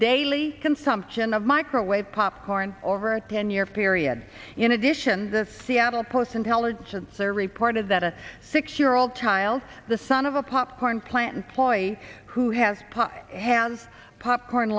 daily consumption of microwave popcorn over a ten year period in addition the seattle post intelligencer reported that a six year old child the son of a popcorn plant toy who has pot hands popcorn